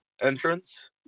entrance